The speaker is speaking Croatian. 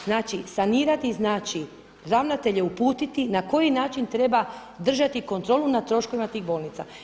Znači, sanirati znači ravnatelje uputiti na koji način treba držati kontrolu nad troškovima tih bolnica.